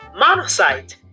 Monocyte